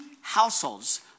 households